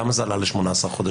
למה זה עלה ל-18 חודשים?